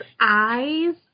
eyes